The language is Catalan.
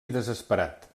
desesperat